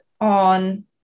on